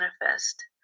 manifest